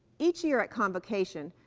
each year at convocation,